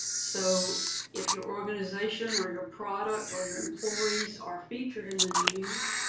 so if your organization, or your product, or your employees are featured in the news,